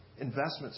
investments